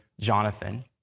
Jonathan